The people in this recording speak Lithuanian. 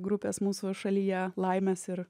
grupės mūsų šalyje laimės ir